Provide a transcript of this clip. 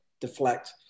deflect